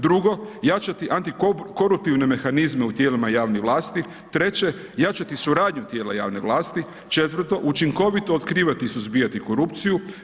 Drugo, jačati antikoruptivne mehanizme u tijelima javne vlasti, treće, jačati suradnju tijela javne vlasti, četvrto, učinkovito otkrivati i suzbijati korupciju.